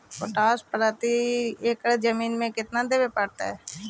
Potash प्रति एकड़ जमीन में केतना देबे पड़तै?